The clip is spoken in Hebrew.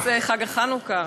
על נס חג החנוכה.